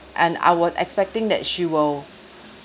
and I was expecting that she will